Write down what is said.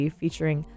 featuring